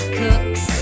cooks